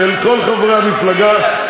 של כל חברי המפלגה,